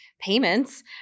payments